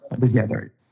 together